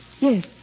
Yes